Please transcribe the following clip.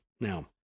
Now